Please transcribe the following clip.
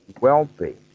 Wealthy